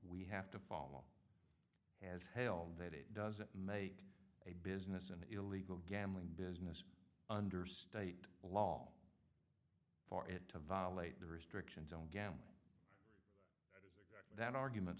we have to follow has held that it doesn't make a business an illegal gambling business under state law for it to violate the restrictions on gambling that argument